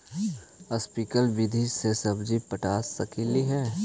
Sprinkle विधि से सब्जी पटा सकली हे?